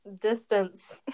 distance